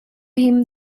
him